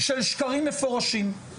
של שקרים מפורשים.